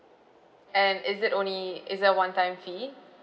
and is it only is a one time fee